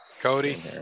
Cody